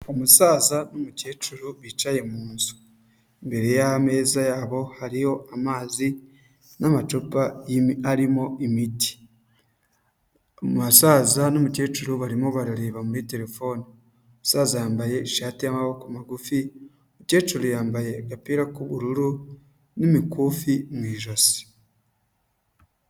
Umusaza n'umukecuru bicaye mu nzu, imbere y'ameza yabo hariyo amazi n'amacupa arimo imiti. Umusaza n' umukecuru barimo barareba muri terefone, umusaza yambaye ishati y'amaboko magufi, umukecuru yambaye agapira k'ubururu n'imikufi mu ijosi.